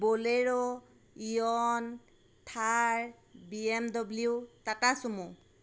bolero eon Thar BMW Tata sumo